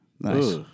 Nice